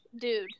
Dude